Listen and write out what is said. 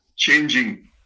changing